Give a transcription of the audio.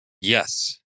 Yes